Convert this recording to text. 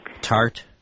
tart